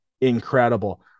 incredible